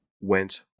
went